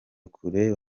kure